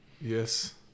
Yes